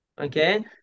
okay